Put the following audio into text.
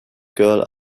girl